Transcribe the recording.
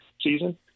season